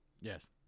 Yes